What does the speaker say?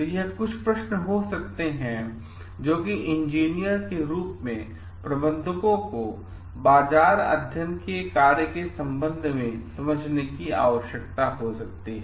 तो यह कुछ प्रश्न हो सकते हैं जो कि इंजीनियर के रूप में प्रबंधकों को बाजार अध्ययन के कार्य के संबंध में समझने की आवश्यकता हो सकती है